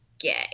gay